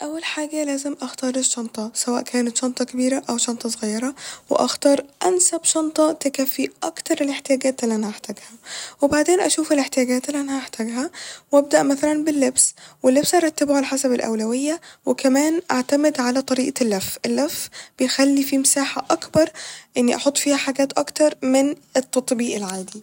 اول حاجة لازم اختار الشنطة سواء كانت شنطة كبيرة او شنطة صغيرة واختار انسب شنطة تكفي اكتر الاحتياجات الل انا هحتاجها ، وبعدين اشوف الاحتياجات الل انا هحتاجها وابدأ مثلا باللبس ، واللبس ارتبه على حسب الاولوية وكمان اعتمد على طريقة اللف ، اللف بيخلي في مساحة اكبر اني احط فيها حاجات اكتر من التطبيق العادي